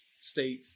state